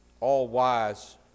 all-wise